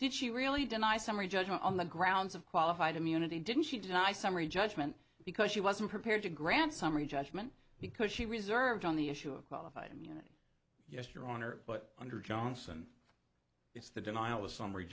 did she really deny summary judgment on the grounds of qualified immunity didn't she denies summary judgment because she wasn't prepared to grant summary judgment because she reserved on the issue of qualified immunity yes your honor but under johnson it's the denial of a summary